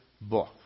book